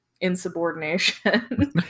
insubordination